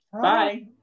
Bye